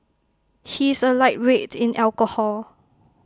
he is A lightweight in alcohol